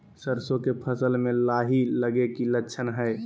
सरसों के फसल में लाही लगे कि लक्षण हय?